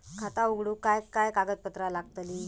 खाता उघडूक काय काय कागदपत्रा लागतली?